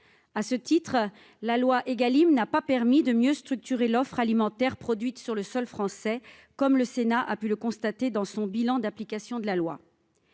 À ce titre, la loi Égalim n'a pas permis de mieux structurer l'offre alimentaire produite sur le sol français, comme le Sénat a pu le constater dans son bilan d'application de la loi.